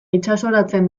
itsasoratzen